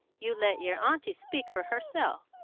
you let your aunty speak for herself.